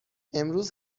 امروز